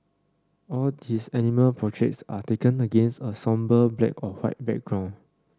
all his animal portraits are taken against a sombre black or white background